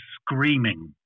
screaming